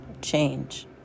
change